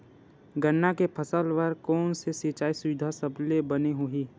गन्ना के फसल बर कोन से सिचाई सुविधा सबले बने होही?